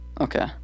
Okay